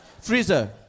Freezer